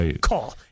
call